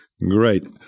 Great